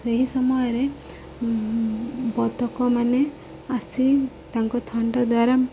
ସେହି ସମୟରେ ବତକ ମାନେ ଆସି ତାଙ୍କ ଥଣ୍ଟ ଦ୍ୱାରା